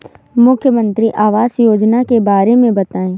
मुख्यमंत्री आवास योजना के बारे में बताए?